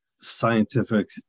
scientific